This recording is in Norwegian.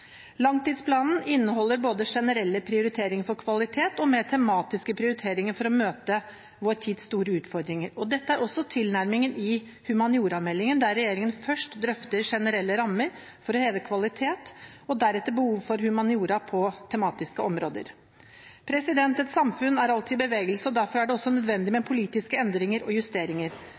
Langtidsplanen inneholder både generelle prioriteringer for kvalitet og mer tematiske prioriteringer for å møte vår tids store utfordringer. Dette er også tilnærmingen i humaniorameldingen, der regjeringen først drøfter generelle rammer for å heve kvalitet, og deretter behov for humaniora på tematiske områder. Et samfunn er alltid i bevegelse, og derfor er det også nødvendig med politiske endringer og justeringer.